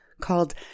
called